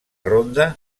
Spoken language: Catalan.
ronda